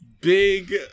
big